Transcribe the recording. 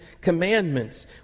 commandments